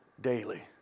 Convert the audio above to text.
daily